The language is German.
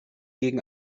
gegen